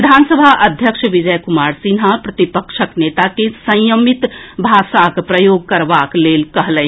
विधानसभा अध्यक्ष विजय कुमार सिन्हा प्रतिपक्षक नेता के संयमित भाषाक प्रयोग करबाक लेल कहलनि